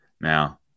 Now